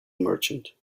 merchant